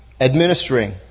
administering